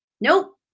Nope